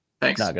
Thanks